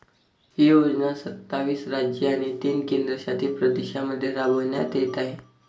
ही योजना सत्तावीस राज्ये आणि तीन केंद्रशासित प्रदेशांमध्ये राबविण्यात येत आहे